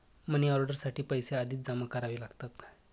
money order साठी पैसे आधीच जमा करावे लागतात